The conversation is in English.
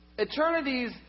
Eternities